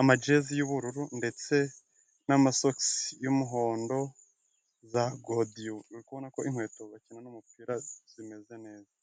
amajezi y'ubururu, ndetse n'amasogisi y'umuhondo, za godio, urimo kubona ko inkweto bakinana umupira zimeze neza.